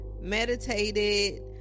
meditated